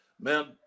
man